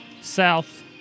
South